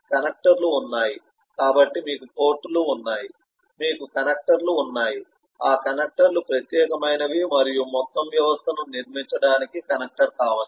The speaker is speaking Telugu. కనెక్టర్లు ఉన్నాయి కాబట్టి మీకు పోర్టులు ఉన్నాయి మీకు కనెక్టర్లు ఉన్నాయి ఆ కనెక్టర్లు ప్రత్యేకమైనవి మరియు మొత్తం వ్యవస్థను నిర్మించడానికి కనెక్టర్ కావచ్చు